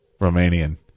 romanian